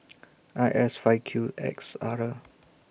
I S five Q X R